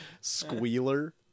squealer